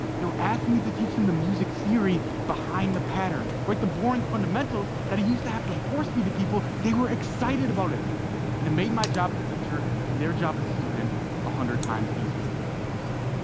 they were asking me to teach them the music theory behind the pattern, like the boring fundamentals that i used to have to force-feed to people, they were excited about it, and it made my job as a teacher and their job as a student a hundred times easier.